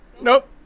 Nope